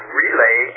relay